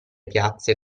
piazze